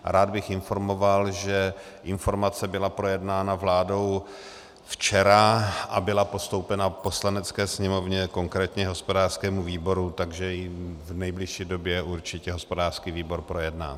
A rád bych informoval, že informace byla projednána vládou včera a byla postoupena Poslanecké sněmovně, konkrétně hospodářskému výboru, takže ji v nejbližší době určitě hospodářský výbor projedná.